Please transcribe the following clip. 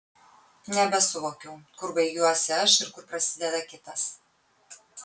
nebesuvokiau kur baigiuosi aš ir kur prasideda kitas